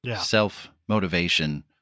self-motivation